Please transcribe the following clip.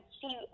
see